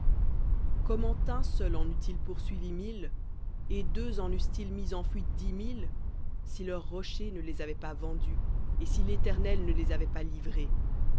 comment un seul en eût-il poursuivi mille et deux en eussent-ils mis en fuite dix mille si leur rocher ne les avait pas vendus et si l'éternel ne les avait pas livrés